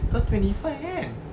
kau twenty five kan